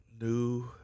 New